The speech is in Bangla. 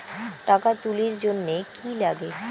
টাকা তুলির জন্যে কি লাগে?